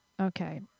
Okay